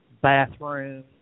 bathroom